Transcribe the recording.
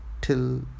till